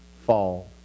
fall